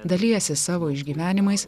dalijasi savo išgyvenimais